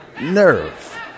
nerve